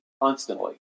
constantly